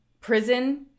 prison